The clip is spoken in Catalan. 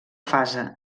fase